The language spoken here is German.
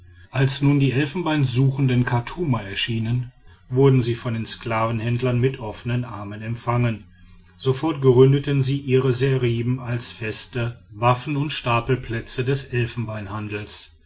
als nun die elfenbeinsuchenden chartumer erschienen wurden sie von den sklavenhändlern mit offenen armen empfangen sofort gründeten sie ihre seriben als feste waffen und stapelplätze des